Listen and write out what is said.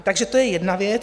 Takže to je jedna věc.